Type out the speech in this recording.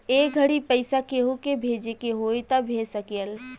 ए घड़ी पइसा केहु के भेजे के होई त भेज सकेल